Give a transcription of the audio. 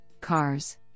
CARS